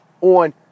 on